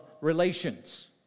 relations